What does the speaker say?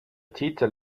titel